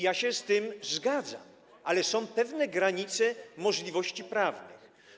Ja się z tym zgadzam, ale są pewne granice możliwości prawnych.